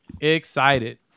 excited